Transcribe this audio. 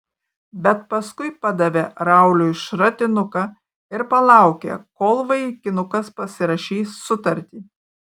bet paskui padavė rauliui šratinuką ir palaukė kol vaikinukas pasirašys sutartį